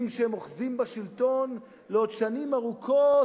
שהם אוחזים בשלטון לעוד שנים ארוכות,